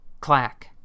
clack